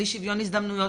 על אי שוויון הזדמנויות,